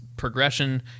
Progression